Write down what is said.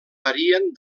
varien